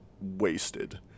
wasted